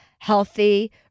healthy